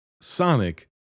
Sonic